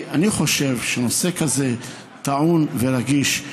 אני חושב שנושא כזה טעון ורגיש,